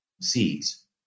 seeds